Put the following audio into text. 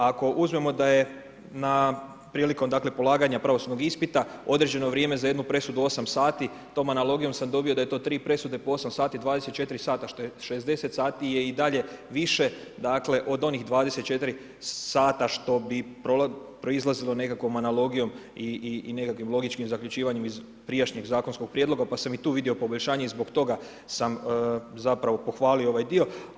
Ako uzmemo da je na, prilikom dakle polaganja pravosudnog ispita određeno vrijeme za jednu presudu 8 sati, tom analogijom sam dobio da je to 3 presude po 8 sati, 24h što je 60 sati je i dalje više, dakle od onih 24h što bi proizlazilo nekakvom analogijom i nekakvim logičkim zaključivanjem iz prijašnjeg zakonskog prijedloga pa sam i tu vidio poboljšanje i zbog toga sam zapravo pohvalio ovaj dio.